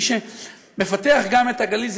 מי שמפתח גם את הגליל,